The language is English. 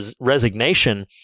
resignation